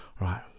right